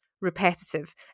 repetitive